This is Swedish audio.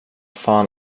fan